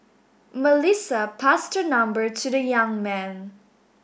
Melissa passed her number to the young man